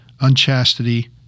unchastity